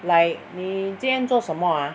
like 你今天做什么 ah